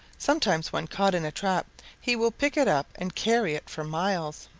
sometimes when caught in a trap he will pick it up and carry it for miles.